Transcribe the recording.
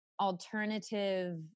alternative